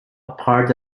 part